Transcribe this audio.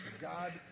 God